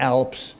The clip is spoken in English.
Alps